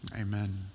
Amen